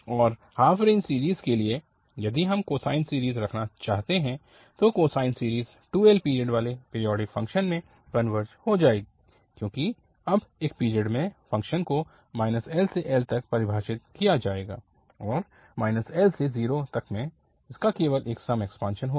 अब half range series के लिए यदि हम कोसाइन सीरीज़ रखना चाहते हैं तो कोसाइन सीरीज़ 2L पीरियड वाले पीरियोडिक फ़ंक्शन में कनवर्ज हो जाएगी क्योंकि अब एक पीरियड में फ़ंक्शन को L से L तक परिभाषित किया जाएगा और L से 0 तक में इसका केवल एक सम एक्सपांशन होगा